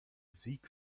sieg